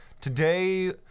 Today